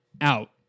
out